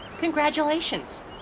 Congratulations